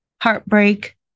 Heartbreak